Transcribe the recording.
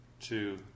two